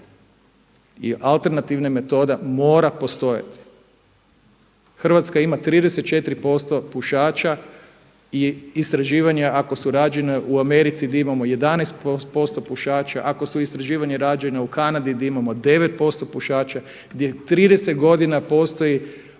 I alternativna metoda mora postojati. Hrvatska ima 34% pušača i istraživanja ako su rađena u Americi di imamo 11% pušača, ako su istraživanja rađenja u Kanadi di imamo 9% pušača, gdje 30 godina postoji